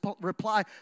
reply